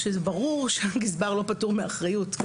זה ברור שהגזבר לא פטור מאחריות.